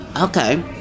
okay